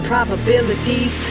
probabilities